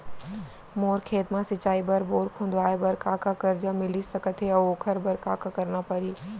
मोर खेत म सिंचाई बर बोर खोदवाये बर का का करजा मिलिस सकत हे अऊ ओखर बर का का करना परही?